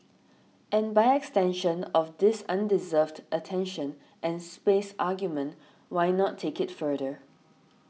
and by extension of this undeserved attention and space argument why not take it further